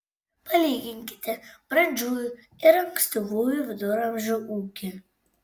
palyginkite brandžiųjų ir ankstyvųjų viduramžių ūkį